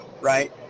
right